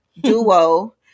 duo